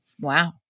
Wow